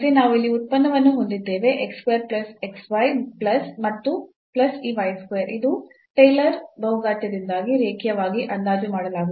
ನಾವು ಇಲ್ಲಿ ಉತ್ಪನ್ನವನ್ನು ಹೊಂದಿದ್ದೇವೆ x square plus xy ಮತ್ತು plus ಈ y square ಇದು ಟೈಲರ್ ಬಹುಘಾತೀಯದಿಂದಾಗಿ ರೇಖೀಯವಾಗಿ ಅಂದಾಜು ಮಾಡಲಾಗುತ್ತದೆ